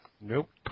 Nope